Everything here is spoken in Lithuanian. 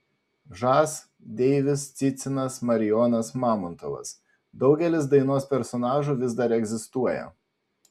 žas deivis cicinas marijonas mamontovas daugelis dainos personažų vis dar egzistuoja